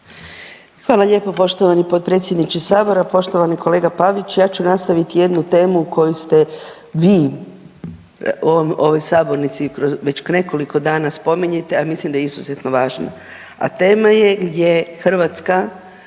Hvala lijepo poštovani potpredsjedniče sabora. Poštovani kolega Pavić, ja ću nastaviti jednu temu koju ste vi u ovoj sabornici već nekoliko dana spominjete, a mislim da je izuzetno važna. A tema je gdje Hrvatska